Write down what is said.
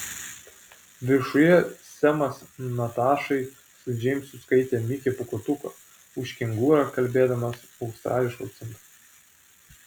viršuje semas natašai su džeimsu skaitė mikę pūkuotuką už kengūrą kalbėdamas australišku akcentu